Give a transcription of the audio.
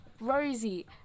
Rosie